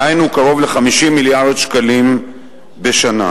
דהיינו קרוב ל-50 מיליארד שקלים בשנה.